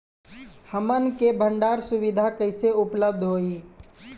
हमन के भंडारण सुविधा कइसे उपलब्ध होई?